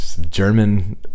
German